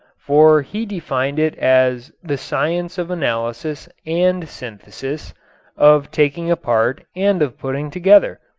for he defined it as the science of analysis and synthesis of taking apart and of putting together.